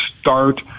start